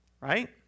Right